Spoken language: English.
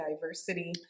diversity